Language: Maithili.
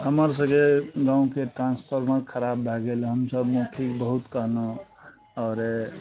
हमर सबके गाँवके ट्रान्सफर्मर खराब भए गेल हम सब मौखिक बहुत कहलहुँ आओर ए